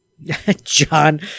John